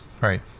right